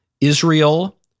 Israel